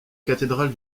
cathédrale